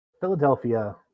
Philadelphia